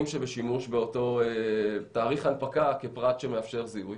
שבשימוש באותו תאריך הנפקה כפרט שמאפשר זיהוי.